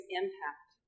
impact